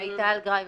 ברשותכם.